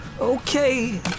Okay